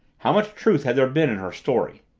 how much truth had there been in her story?